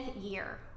year